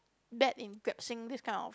bad in grasping this kind of